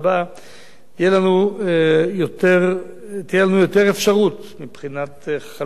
תהיה לנו יותר אפשרות מבחינת חלוקת המשאבים,